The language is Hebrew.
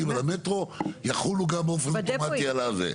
על המטרו יחולו גם באופן אוטומטי על הזה?